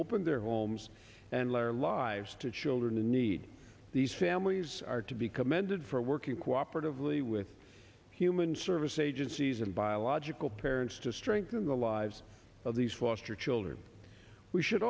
opened their homes and later lives to children in need these families are to be commended for working cooperatively with human service agencies and biological parents to strengthen the lives of these foster children we should